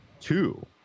two